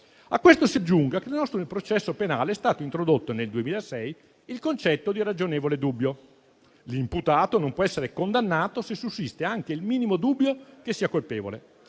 A questo si aggiunga che nel nostro processo penale è stato introdotto nel 2006 il concetto di ragionevole dubbio: l'imputato non può essere condannato se sussiste anche il minimo dubbio che sia colpevole.